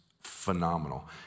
phenomenal